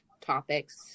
topics